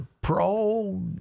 pro